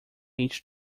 each